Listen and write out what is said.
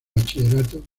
bachillerato